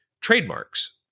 trademarks